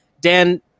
dan